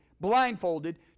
blindfolded